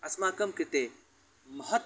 अस्माकं कृते महत्